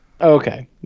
okay